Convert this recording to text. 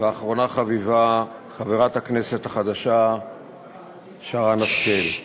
ואחרונה חביבה, חברת הכנסת החדשה שרן השכל,